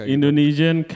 Indonesian